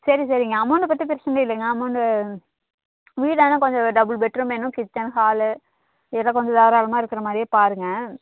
சரி சரிங்க அமௌண்ட்டை பற்றி பிரச்சனை இல்லைங்க அமௌண்டு வீடெல்லாம் கொஞ்சம் டபுள் பெட்ரூம் வேணும் கிச்சன் ஹாலு இடம் கொஞ்சம் தாராளமாக இருக்கிற மாதிரியே பாருங்கள்